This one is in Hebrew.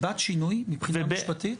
היא בת שינוי מבחינה משפטית?